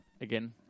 again